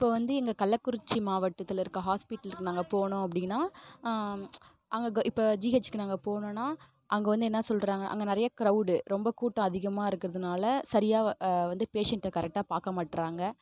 இப்போ வந்து எங்கள் கள்ளக்குறிச்சி மாவட்டத்தில் இருக்கற ஹாஸ்பிட்டலுக்கு நாங்கள் போனோம் அப்படினா அங்கே இப்போ ஜிஹெச்சிக்கு நாங்கள் போனோனால் அங்கே வந்து என்ன சொல்றாங்க அங்கே நிறையா க்ரௌடு ரொம்ப கூட்டம் அதிகமாக இருக்கிறதுனால சரியாக வந்து பேஷண்டை கரெக்டாக பார்க்க மாட்றாங்க